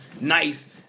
nice